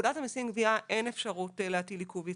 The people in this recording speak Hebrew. בפקודת המיסים גבייה אין אפשרות להטיל עיכוב יציאה.